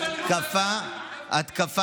לא הגנת עלינו.